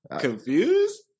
confused